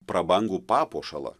prabangų papuošalą